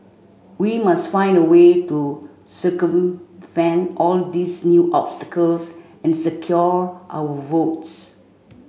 we must find a way to circumvent all these new obstacles and secure our votes